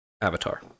avatar